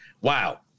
Wow